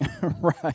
Right